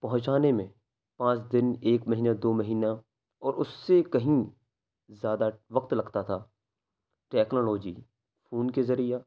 پہنچانے میں پانچ دن ایک مہینہ دو مہینہ اور اس سے کہیں زیادہ وقت لگتا تھا ٹیکنالوجی فون کے ذریعہ